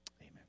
Amen